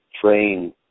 train